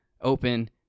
open